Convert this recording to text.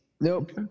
Nope